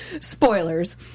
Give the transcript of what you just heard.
Spoilers